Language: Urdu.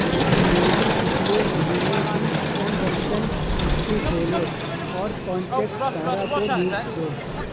میری پچھلے مہینے کی ٹرانزیکشن ہسٹری کھولو اور کانٹیکٹ سارہ کو میوٹ کرو